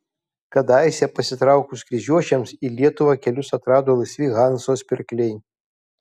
kadaise pasitraukus kryžiuočiams į lietuvą kelius atrado laisvi hanzos pirkliai